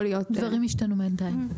דברים השתנו בינתיים.